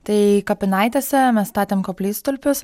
tai kapinaitėse mes statėm koplytstulpius